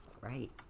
right